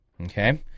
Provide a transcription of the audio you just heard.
okay